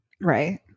Right